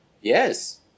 Yes